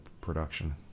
production